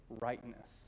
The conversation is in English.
rightness